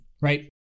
right